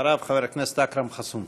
אחריו, חבר הכנסת אכרם חסון.